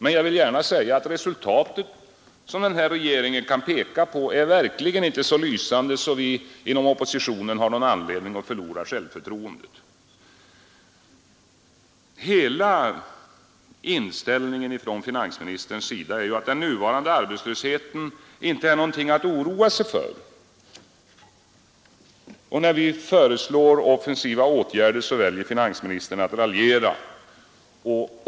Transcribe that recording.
Men jag vill gärna säga att det resultat som regeringen kan peka på verkligen inte är så lysande att vi inom oppositionen har någon anledning att förlora självförtroendet. Finansministerns inställning är ju genomgående att den nuvarande arbetslösheten inte är något att oroa sig för. När vi föreslår offensiva åtgärder väljer finansministern att raljera.